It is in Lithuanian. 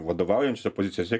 vadovaujančiose pozicijose